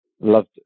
loved